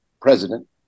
president